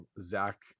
Zach